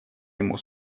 ему